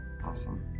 Awesome